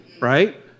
Right